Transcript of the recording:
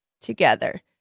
together